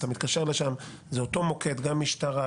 אתה מתקשר לשם וזה אותו מוקד גם משטרה,